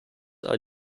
are